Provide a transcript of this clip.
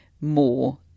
more